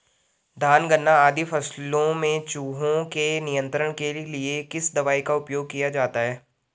धान गन्ना आदि फसलों में चूहों के नियंत्रण के लिए किस दवाई का उपयोग किया जाता है?